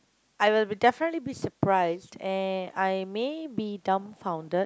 I will be definitely be surprised and I may be dumbfounded